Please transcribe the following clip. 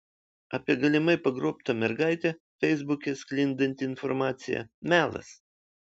apie galimai pagrobtą mergaitę feisbuke sklindanti informacija melas